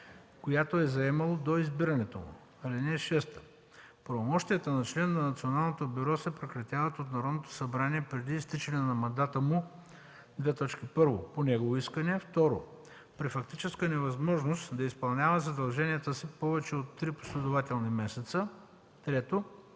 която е заемало до избирането му. (6) Правомощията на член на Националното бюро се прекратяват от Народното събрание преди изтичането на мандата му: 1. по негово искане; 2. при фактическа невъзможност да изпълнява задълженията си повече от три последователни месеца; 3.